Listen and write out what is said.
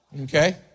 Okay